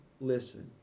listen